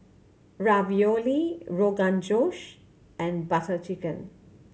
Ravioli Rogan Josh and Butter Chicken